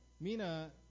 Mina